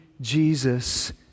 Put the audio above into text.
Jesus